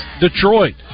Detroit